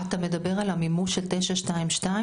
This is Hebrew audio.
אתה מדבר על המימוש של 922?